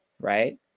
right